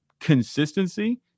consistency